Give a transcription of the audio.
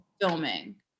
filming